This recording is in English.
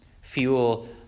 fuel